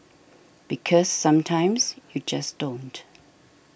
because sometimes you just don't